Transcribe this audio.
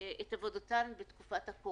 צריך שתהיה הקלה בין 20% ל-30% בשכר הלימוד.